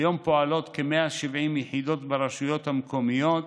כיום פועלות כ-170 יחידות ברשויות המקומיות